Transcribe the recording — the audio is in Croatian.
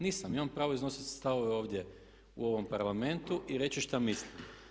Nisam, imam pravo iznositi stavove ovdje u ovom Parlamentu i reći što mislim.